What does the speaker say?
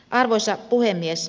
arvoisa puhemies